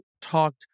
talked